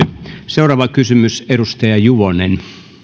seuraava kysymys edustaja juvonen